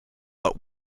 but